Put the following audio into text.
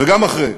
וגם אחרי.